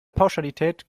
pauschalität